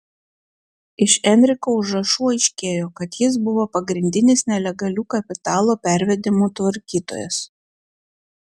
iš enriko užrašų aiškėjo kad jis buvo pagrindinis nelegalių kapitalo pervedimų tvarkytojas